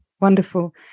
wonderful